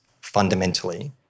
fundamentally